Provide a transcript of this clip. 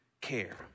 care